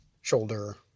shoulder